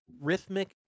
Rhythmic